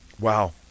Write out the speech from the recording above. Wow